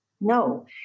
No